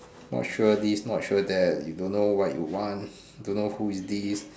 not sure this not sure that you don't know what you want don't know who is this